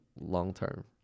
long-term